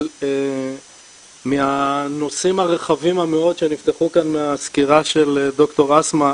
אבל מהנושאים הרחבים מאוד שנפתחו כאן מהסקירה של ד"ר אסמאא,